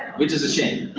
which is a shame.